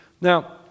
now